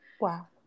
Wow